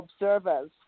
observers